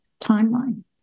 timeline